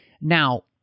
Now